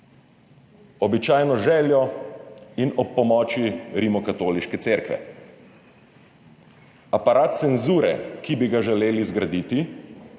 običajno z željo in ob pomoči Rimokatoliške cerkve. Aparat cenzure, ki bi ga želeli zgraditi